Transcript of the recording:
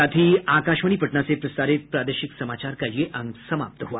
इसके साथ ही आकाशवाणी पटना से प्रसारित प्रादेशिक समाचार का ये अंक समाप्त हुआ